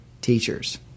teachers